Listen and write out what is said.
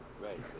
Right